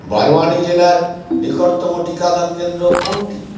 বারওয়ানি জেলার নিকটতম টিকাদান কেন্দ্র কোনটি